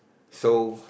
so